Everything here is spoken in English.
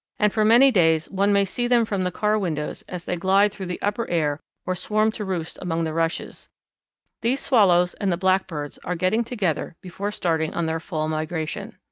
and for many days one may see them from the car windows as they glide through the upper air or swarm to roost among the rushes these swallows and the blackbirds are getting together before starting on their fall migration.